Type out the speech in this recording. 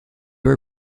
were